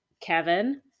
Kevin